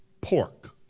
pork